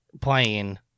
playing